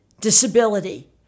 disability